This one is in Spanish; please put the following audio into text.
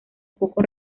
poco